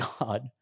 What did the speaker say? God